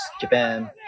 Japan